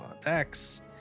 attacks